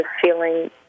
feeling